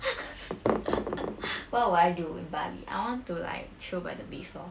what would I do in bali I want to like chill by the beach lor